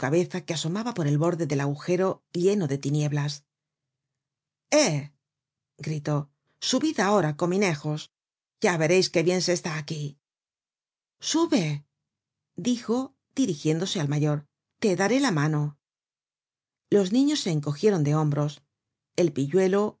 que as'omaba por el borde del agujero lleno de tinieblas eh gritó subid ahora cominejos ya vereis qué bien se está aquí sube añadió dirigiéndose al mayor te daré la mano los niños se encogieron de hombros el pilluelo les